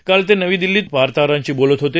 काल ते नवी दिल्लीत वार्ताहरांशी बोलत होते